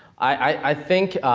i think,